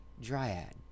dryad